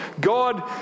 God